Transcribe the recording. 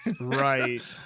right